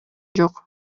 жок